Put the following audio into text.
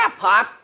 Pop